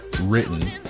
written